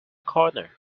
corner